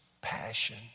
passion